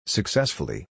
Successfully